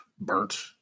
burnt